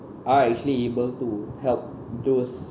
are actually able to help those